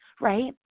right